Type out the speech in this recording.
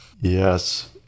Yes